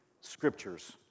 scriptures